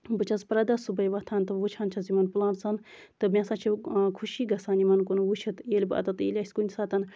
بہٕ چھَس پرٮ۪تھ دۄہ صبُحٲے وۄتھان تہٕ وٕچھان چھَس یِمن پٔلانٹٔسَن تہٕ بیٚیہِ ہسا چھَم خُشی گژھان یِمَن کُن وٕچھِتھ ییٚلہِ بہٕ اوٚتَتھ ییٚلہِ أسۍ کُنہِ ساتہٕ